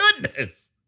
goodness